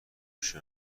پیش